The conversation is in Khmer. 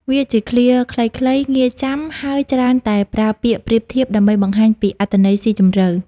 វាជាឃ្លាខ្លីៗ ងាយចាំ ហើយច្រើនតែប្រើពាក្យប្រៀបធៀបដើម្បីបង្ហាញពីអត្ថន័យស៊ីជម្រៅ។